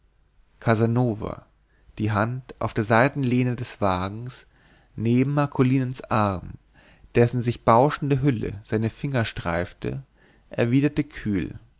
casanova die hand auf der seitenlehne des wagens neben marcolinens arm dessen sich bauschende hülle seine finger streifte erwiderte kühl